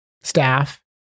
staff